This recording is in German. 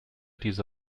diese